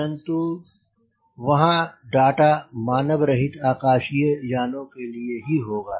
परन्तु वहां डाटा मानवरहित आकाशीय यानों के लिए ही होगा